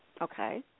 Okay